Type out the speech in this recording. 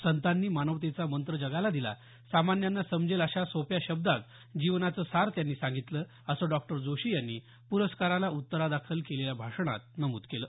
संतांनी मानवतेचा मंत्र जगाला दिला सामान्यांना समजेल अशा सोप्या शब्दात जीवनाचं सार सांगितलं असं डॉक्टर जोशी यांनी प्रस्कारला उत्तरादाखल केलेल्या भाषणात नमूद केलं